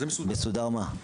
מסודר מה?